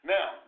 Now